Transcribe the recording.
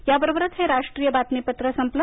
या बरोबरच हे राष्ट्रीय बातमीपत्र संपलं